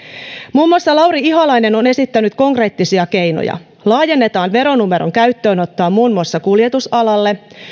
muun muassa lauri ihalainen on esittänyt konkreettisia keinoja laajennetaan veronumeron käyttöönottoa muun muassa kuljetusalalle